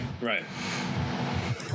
Right